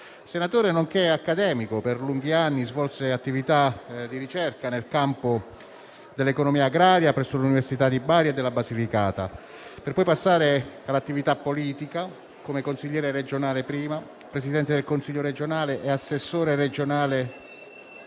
Senatore, nonché accademico, per lunghi anni svolse attività di ricerca nel campo dell'economia agraria presso l'università di Bari e della Basilicata, per poi passare all'attività politica come consigliere regionale prima, presidente del Consiglio regionale e assessore regionale